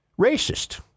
racist